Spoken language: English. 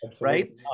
Right